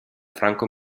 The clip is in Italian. franco